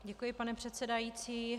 Děkuji, pane předsedající.